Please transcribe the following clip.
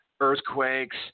earthquakes